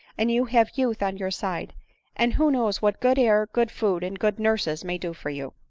and you have youth on your side and who knows what good air, good food, and good nurses may do for you!